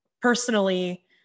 personally